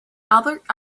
albert